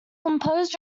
composed